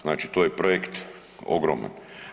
Znači to je projekt ogroman.